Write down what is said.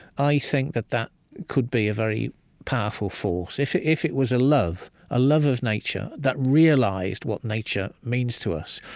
i think that that could be a very powerful force, if it if it was a love a love of nature that realized what nature means to us,